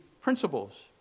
principles